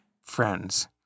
friends